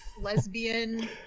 lesbian